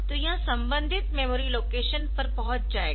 तो यह संबंधित मेमोरी लोकेशन पर पहुंच जाएगा